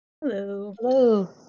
Hello